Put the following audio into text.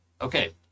Okay